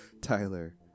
Tyler